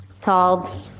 Tall